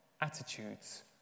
attitudes